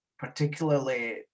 particularly